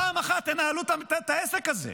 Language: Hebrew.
פעם אחת תנהלו את העסק הזה.